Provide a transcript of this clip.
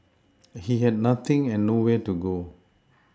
he had nothing and nowhere to go